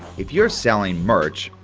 if you're selling merch,